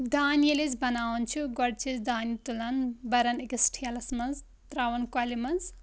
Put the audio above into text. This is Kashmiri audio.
دانہِ ییٚلہِ أسۍ بناوان چھِ گۄڈٕ چھِ أسۍ دانہِ تُلان تہٕ بران أکِس ٹھیلس منٛز ترٛاوان کۄلہِ منٛز